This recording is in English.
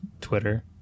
Twitter